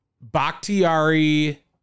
Bakhtiari